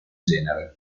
genere